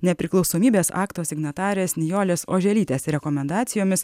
nepriklausomybės akto signatarės nijolės oželytės rekomendacijomis